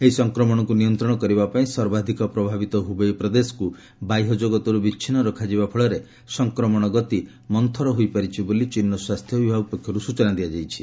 ଏହି ସଂକ୍ରମଣକୁ ନିୟନ୍ତ୍ରଣ କରିବା ପାଇଁ ସର୍ବାଧିକ ପ୍ରଭାବିତ ହୁବେଇ ପ୍ରଦେଶକୁ ବାହ୍ୟଜଗତରୁ ବିଚ୍ଛିନ୍ନ ରଖାଯିବା ଫଳରେ ସଫକ୍ରମଣ ଗତି ମନ୍ଚର ହୋଇପାରିଛି ବୋଲି ଚୀନର ସ୍ୱାସ୍ଥ୍ୟ ବିଭାଗ ପକ୍ଷରୁ ସୂଚନା ଦିଆଯାଇଛି